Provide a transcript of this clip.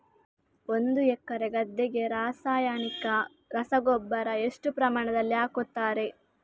ಒಂದು ಎಕರೆ ಗದ್ದೆಗೆ ರಾಸಾಯನಿಕ ರಸಗೊಬ್ಬರ ಎಷ್ಟು ಪ್ರಮಾಣದಲ್ಲಿ ಹಾಕುತ್ತಾರೆ?